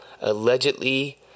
allegedly